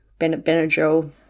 Benadryl